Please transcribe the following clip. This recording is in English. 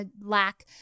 lack